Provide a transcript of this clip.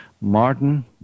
Martin